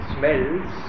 smells